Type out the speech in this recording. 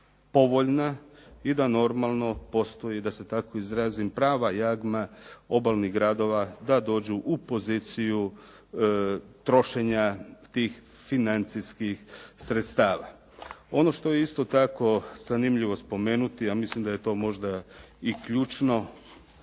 povoljna i da normalno postoji, da se tako izrazim, prava jagma obalnih gradova da dođu u poziciju trošenja tih financijskih sredstava. Ono što je isto tako zanimljivo spomenuti, a mislim da je to možda i ključno,